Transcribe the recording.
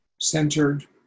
centered